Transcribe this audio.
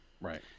Right